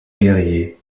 guerriers